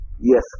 Yes